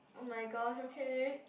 oh-my-gosh okay